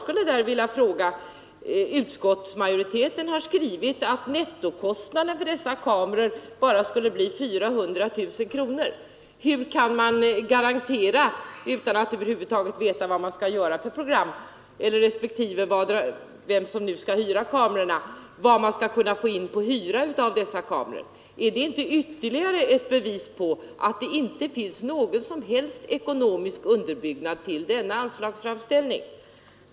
Utskottsmajoriteten har skrivit att nettokostnaden för dessa kameror skulle bli 400 000 kronor. Hur kan man, utan att över huvud taget veta vad man skall göra för program eller vem som skall hyra kamerorna, beräkna hyresintäkterna för dessa kameror? Är detta inte ett ytterligare bevis på att det inte finns någon som helst underbyggnad till denna anslagsframställning?